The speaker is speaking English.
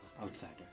outsider